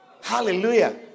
Hallelujah